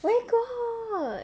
where got